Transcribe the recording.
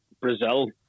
Brazil